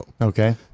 Okay